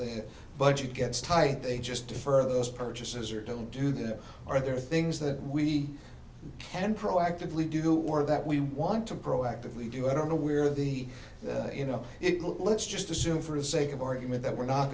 the budget gets tight they just defer those purchases or don't do there are other things that we can proactively do or that we want to proactively do i don't know where the you know it let's just assume for the sake of argument that we're not